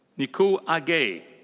nikoo aghaei.